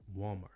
Walmart